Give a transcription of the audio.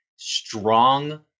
strong